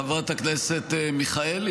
חברת הכנסת מיכאלי,